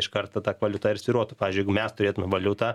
iš karto tak valiuta ir svyruotų pavyzdžiui mes turėtume valiutą